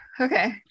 Okay